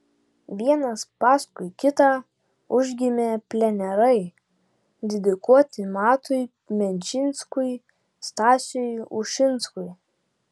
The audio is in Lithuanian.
vienas paskui kitą užgimė plenerai dedikuoti matui menčinskui stasiui ušinskui